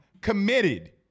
committed